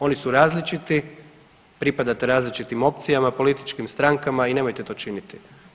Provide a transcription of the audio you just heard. Oni su različiti, pripadate različitim opcijama, političkim strankama i nemojte to činiti.